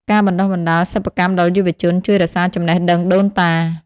ការបណ្តុះបណ្តាលសិប្បកម្មដល់យុវជន ជួយរក្សាចំណេះដឹងដូនតា។